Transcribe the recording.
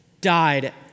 died